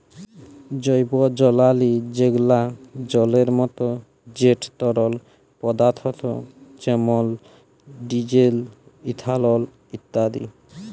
জৈবজালালী যেগলা জলের মত যেট তরল পদাথ্থ যেমল ডিজেল, ইথালল ইত্যাদি